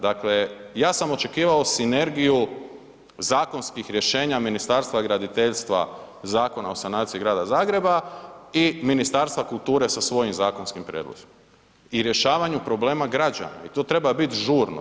Dakle, ja sam očekivao sinergiju zakonskih rješenja Ministarstva graditeljstva Zakona o sanaciji grada Zagreba i Ministarstva kulture sa svojim zakonskim prijedlozima i rješavanju problema građana i to treba biti žurno.